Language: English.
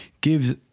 gives